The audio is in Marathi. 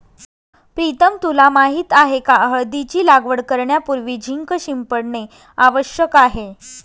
प्रीतम तुला माहित आहे का हळदीची लागवड करण्यापूर्वी झिंक शिंपडणे आवश्यक आहे